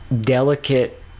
delicate